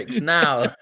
now